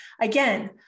Again